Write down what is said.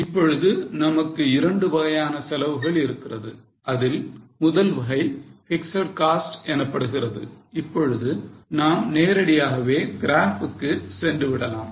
இப்பொழுது நமக்கு இரண்டு வகையான செலவுகள் இருக்கிறது அதில் முதல் வகை பிக்ஸட் காஸ்ட் எனப்படுகிறது இப்பொழுது நாம் நேரடியாகவே graph க்கு சென்று விடலாம்